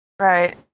Right